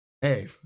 hey